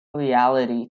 reality